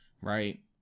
right